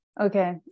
Okay